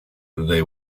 they